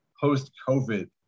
post-COVID